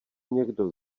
někdo